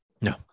no